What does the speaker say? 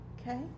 Okay